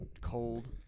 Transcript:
cold